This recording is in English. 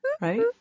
right